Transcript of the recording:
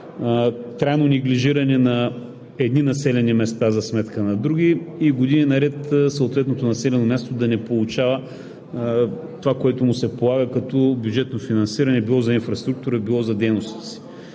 трайно неглижиране на едни населени места за сметка на други и години наред съответното населено място да не получава това, което му се полага като бюджетно финансиране – било за инфраструктура, било за дейностите си.